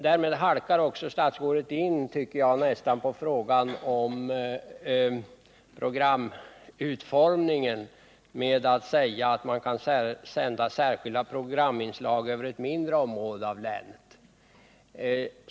Därmed halkar statsrådet också nästan in på programutformningen med att säga att man kan sända särskilda programinslag över ett mindre område av länet.